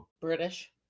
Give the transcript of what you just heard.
British